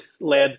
led